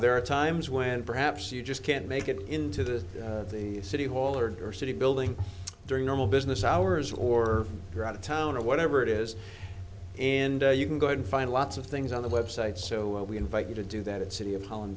there are times when perhaps you just can't make it into the city hall or or city building during normal business hours or your out of town or whatever it is and you can go and find lots of things on the website so we invite you to do that at city of holl